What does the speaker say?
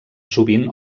sovint